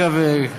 אגב,